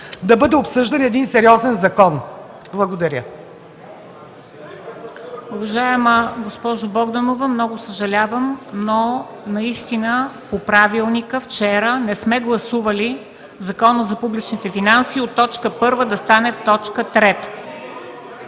да бъде обсъждан един сериозен закон. Благодаря.